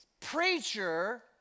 preacher